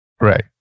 Right